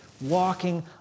Walking